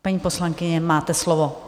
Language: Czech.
Paní poslankyně, máte slovo.